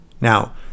Now